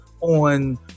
on